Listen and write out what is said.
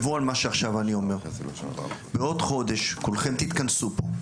בעוד חודש כולכם תתכנסו פה,